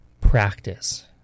practice